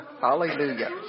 Hallelujah